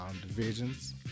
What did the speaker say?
divisions